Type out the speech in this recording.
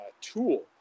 tool